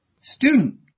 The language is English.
Student